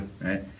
Right